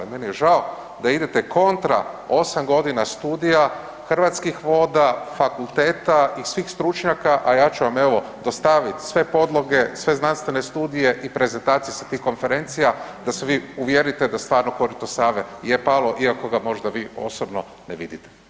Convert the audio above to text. Meni je žao da idete kontra 8 godina studija Hrvatskih voda, fakulteta i svih stručnjaka, a ja ću vam evo dostaviti sve podloge, sve znanstvene studije i prezentacijskih konferencija da se vi uvjerite da stvarno korito Save je palo iako ga možda vi osobno ne vidite.